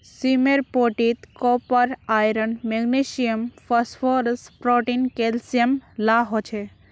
सीमेर पोटीत copper, iron, magnesium, phosphorus, protein, calcium ला हो छे